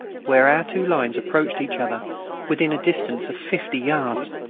where our two lines approached each other within a distance of fifty yards.